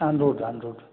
on road on road